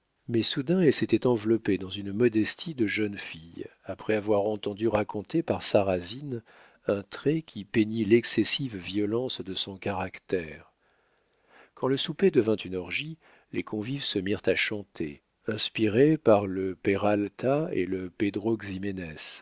mais soudain elle s'était enveloppée dans une modestie de jeune fille après avoir entendu raconter par sarrasine un trait qui peignit l'excessive violence de son caractère quand le souper devint une orgie les convives se mirent à chanter inspirés par le peralta et le pedro